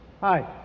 Hi